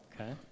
Okay